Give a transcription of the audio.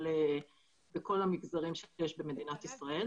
בכל המגזרים שיש במדינת ישראל.